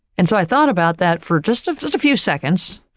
and so, i thought about that for just just a few seconds,